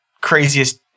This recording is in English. craziest